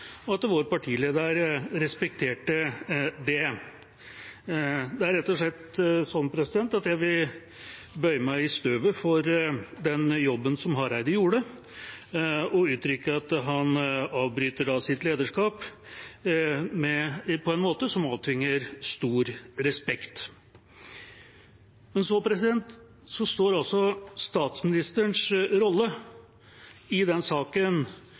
og at vår partileder respekterte det. Det er rett og slett slik at jeg vil bøye meg i støvet for den jobben som Hareide gjorde, og uttrykke at han avbryter sitt lederskap på en måte som avtvinger stor respekt. Men så står statsministerens rolle i den saken